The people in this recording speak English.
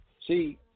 see